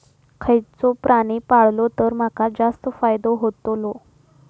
खयचो प्राणी पाळलो तर माका जास्त फायदो होतोलो?